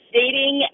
dating